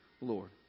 Lord